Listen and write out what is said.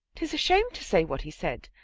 tis a shame to say what he said,